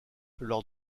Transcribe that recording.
lors